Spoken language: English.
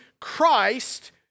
Christ